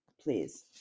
please